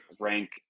rank